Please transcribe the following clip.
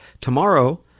Tomorrow